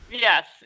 Yes